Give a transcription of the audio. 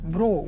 Bro